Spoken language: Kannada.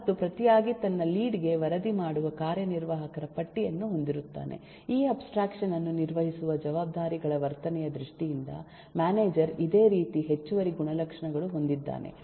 ಮತ್ತು ಪ್ರತಿಯಾಗಿ ತನ್ನ ಲೀಡ್ ಗೆ ವರದಿ ಮಾಡುವ ಕಾರ್ಯನಿರ್ವಾಹಕರ ಪಟ್ಟಿಯನ್ನು ಹೊಂದಿರುತ್ತಾನೆ ಈ ಅಬ್ಸ್ಟ್ರಾಕ್ಷನ್ ಅನ್ನು ನಿರ್ವಹಿಸುವ ಜವಾಬ್ದಾರಿಗಳ ವರ್ತನೆಯ ದೃಷ್ಟಿಯಿಂದ ಮ್ಯಾನೇಜರ್ ಇದೇ ರೀತಿ ಹೆಚ್ಚುವರಿ ಗುಣಲಕ್ಷಣಗಳು ಹೊಂದಿದ್ದಾನೆ